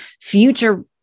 future